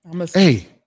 Hey